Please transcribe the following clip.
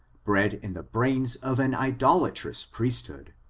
bred in the brains of an idolatrous priesthood,